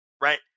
right